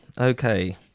Okay